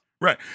Right